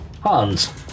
Hans